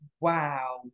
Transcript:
wow